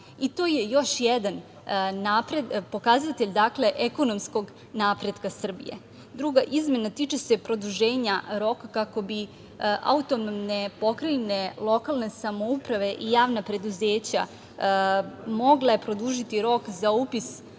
je još jedan pokazatelj ekonomskog napretka Srbije. Druga izmena tiče se produženja roka kako bi autonomne pokrajine lokalne samouprave i javna preduzeća mogle produžiti rok za upis